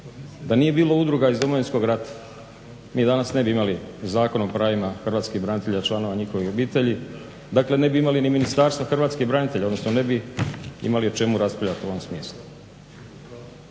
da nije bilo udruga iz Domovinskog rata mi danas ne bi imali Zakon o pravima hrvatskih branitelja i članova njihovih obitelji, dakle ne bi imali ni Ministarstvo hrvatskih branitelja, odnosno ne bi imali o čemu raspravljati u ovom smislu.